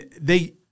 they-